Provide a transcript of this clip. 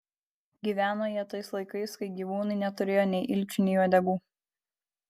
gyveno jie tais laikais kai gyvūnai neturėjo nei ilčių nei uodegų